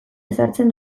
ezartzen